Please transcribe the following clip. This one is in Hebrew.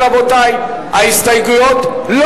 ההסתייגויות של